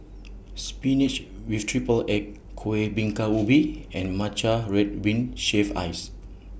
Spinach with Triple Egg Kuih Bingka Ubi and Matcha Red Bean Shaved Ice